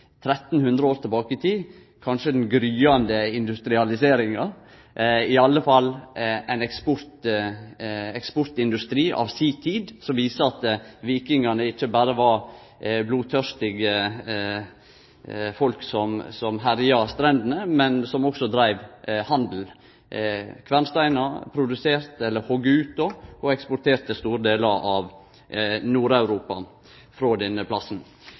300 år tilbake i tid – kanskje til den gryande industrialiseringa, i alle fall til ein eksportindustri av si tid, som viser at vikingane ikkje berre var blodtørstige folk som herja strendene, men som også dreiv handel. Kvernsteinar blei produserte, hogde ut og eksporterte til store delar av Nord-Europa frå denne plassen.